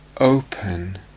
open